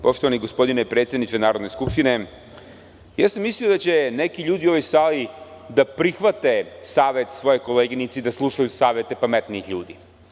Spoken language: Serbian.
Poštovani gospodine predsedniče Narodne skupštine, ja sam mislio da će neki ljudi u ovoj sali da prihvate savet svoje koleginice i da slušaju savete pametnijih ljudi.